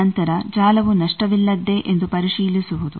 ನಂತರ ಜಾಲವು ನಷ್ಟವಿಲ್ಲದ್ದೇ ಎಂದು ಪರಿಶೀಲಿಸುವುದು